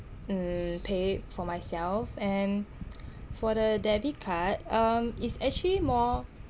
mm pay for myself and for the debit card um it's actually more